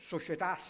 Società